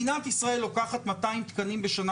מדינת ישראל לוקחת 200 תקנים בשנה